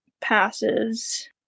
passes